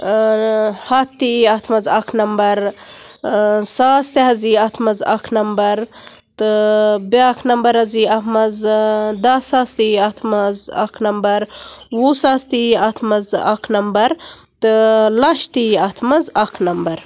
آ ہتھ تہِ ییہِ اتھ منٛز اکھ نمبر آ ساس تہِ حظ ییہِ اتھ منٛز اکھ نمبر تہٕ بیاکھ نمبر حظ یِیہِ اتھ منٛز دہ ساس تہِ وُہ ساس تہِ یِیہِ اتھ منٛز اکھ نمبر تہٕ لچھ تہِ یِیہِ اتھ منٛز اکھ نمبر